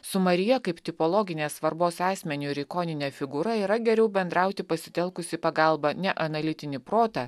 su marija kaip tipologinės svarbos asmeniu ir ikonine figūra yra geriau bendrauti pasitelkus į pagalbą ne analitinį protą